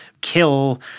kill